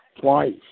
twice